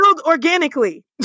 organically